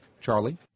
Charlie